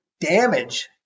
damage